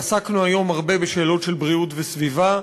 עסקנו היום הרבה בשאלות של בריאות וסביבה,